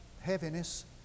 heaviness